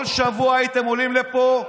כל שבוע הייתם עולים לפה,